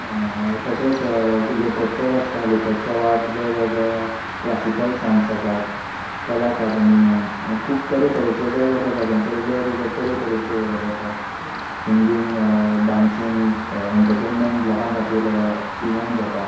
तशेंच ग लोकोत्सव आसता लोकोत्सवाक वेग वेगळ्या क्लासिकल सॉग्स जातात कला अकादमी म्हण आनी खूब तरे तरेचे वेग वेगळ्या जाग्यांचेर वेग वेगळे तरे तरेचे ये जाता सिंगींग डांसींग एंटटेनमॅण लोकांक खातीर इवॅण जाता